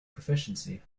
proficiency